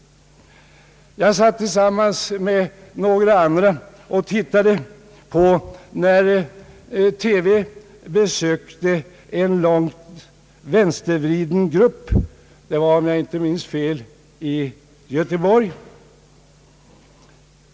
Jag satt tillsammans med några andra och tittade på när TV besökte en långt vänstervriden grupp — det var om jag inte minns fel i Göteborg.